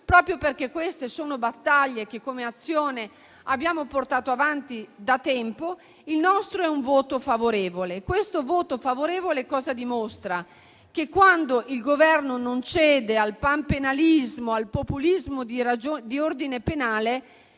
Proprio perché queste sono battaglie che, come Azione, abbiamo portato avanti da tempo, il nostro è un voto favorevole. Tale voto favorevole dimostra che quando il Governo non cede al panpenalismo e al populismo di ordine penale,